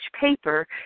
paper